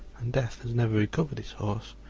and death has never recovered his horse.